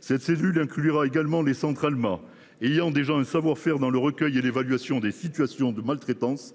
Cette cellule inclura également les centres Allo Maltraitance (Alma), déjà dotés d’un savoir faire dans le recueil et l’évaluation des situations de maltraitance,